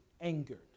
angered